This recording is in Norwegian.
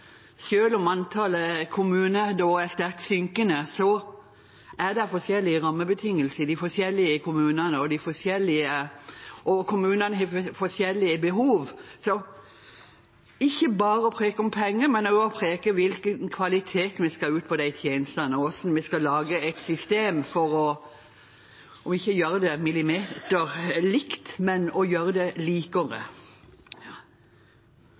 om antallet kommuner er sterkt synkende, er det forskjellige rammebetingelser i de forskjellige kommunene, og kommunene har forskjellige behov – det er ikke bare å preke om penger, det er også å preke om hvilken kvalitet vi skal ha på tjenestene, og hvordan vi skal lage et system for ikke å gjøre det millimeterlikt, men å gjøre det likere.